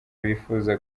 bifuza